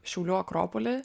šiaulių akropoly